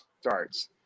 starts